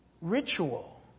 Ritual